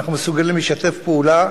ואנחנו מסוגלים לשתף פעולה.